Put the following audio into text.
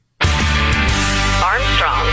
Armstrong